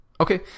Okay